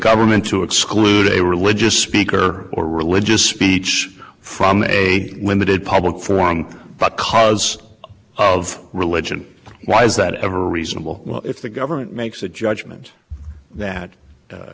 government to exclude a religious speaker or religious speech from a limited public forum but because of religion why is that a reasonable if the government makes a judgment that a